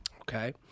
Okay